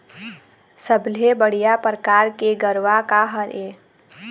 सबले बढ़िया परकार के गरवा का हर ये?